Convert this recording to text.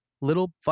Little